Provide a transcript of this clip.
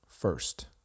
first